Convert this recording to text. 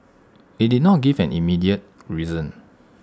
IT did not give an immediate reason